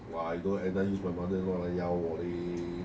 !wah! you don't every time use my mother in law 来压我 leh